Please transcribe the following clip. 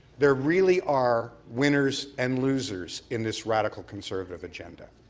there really are winners and losers in this radical conservative agenda.